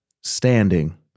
Standing